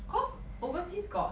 because overseas got